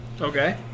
Okay